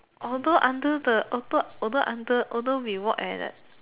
although under the although although under although we work at like